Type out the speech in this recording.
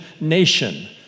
nation